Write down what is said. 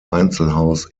einzelhaus